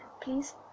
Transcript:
please